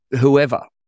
whoever